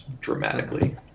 dramatically